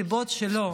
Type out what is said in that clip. מסיבות שלו,